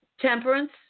Temperance